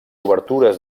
obertures